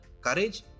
courage